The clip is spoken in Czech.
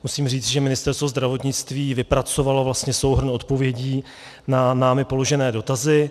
Musím říci, že Ministerstvo zdravotnictví vypracovalo vlastně souhrn odpovědí na námi položené dotazy.